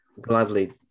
gladly